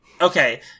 okay